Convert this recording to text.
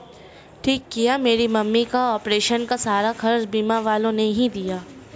ठीक किया मेरी मम्मी का ऑपरेशन का सारा खर्चा बीमा वालों ने ही दिया